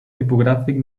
tipogràfic